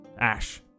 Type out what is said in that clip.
ash